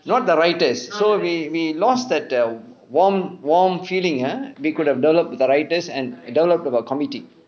not the writers so we we lost that err warm warm feeling ah we could have developed with the writers and develop a committee